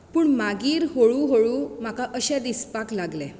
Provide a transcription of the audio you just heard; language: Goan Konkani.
पूण मागीर हळू हळू म्हाका अशें दिसपाक लागलें